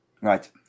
Right